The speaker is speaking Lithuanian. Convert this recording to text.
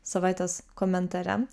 savaitės komentare